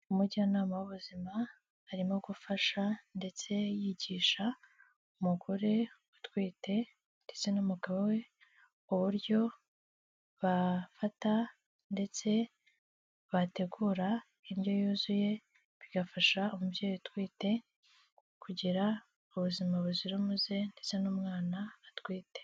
Umujyanama w'ubuzima arimo gufasha ndetse yigisha umugore utwite ndetse n'umugabo we, uburyo bafata ndetse bategura indyo yuzuye bigafasha umubyeyi utwite kugira ubuzima buzira umuze ndetse n'umwana atwite.